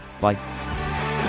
Bye